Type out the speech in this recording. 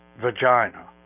vagina